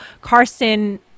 Carson